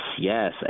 yes